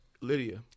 Lydia